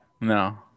No